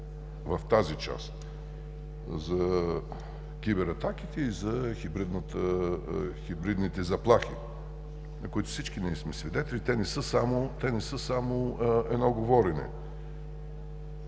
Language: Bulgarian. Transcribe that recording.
в тази част за кибератаките и за хибридните заплахи, на които всички ние сме свидетели. Те не са само едно говорене.